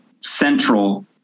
central